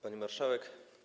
Pani Marszałek!